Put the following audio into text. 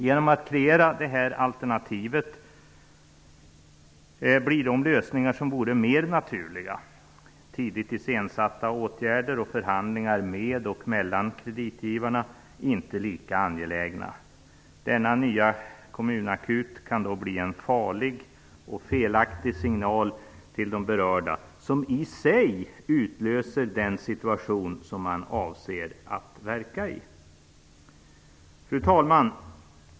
Genom att kreera detta alternativ blir de lösningar som vore mer naturliga - tidigt iscensatta åtgärder och förhandlingar med och mellan kreditgivarna - inte lika angelägna. Denna nya kommunakut kan bli en farlig och felaktig signal till de berörda, som i sig utlöser den situation man avser att verka i. Fru talman!